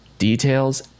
details